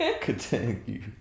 Continue